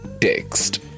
text